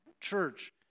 church